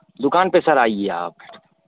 दुकान पर सर आइए आप